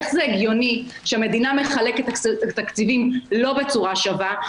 איך זה הגיוני שהמדינה מחלקת תקציבים לא בצורה שווה,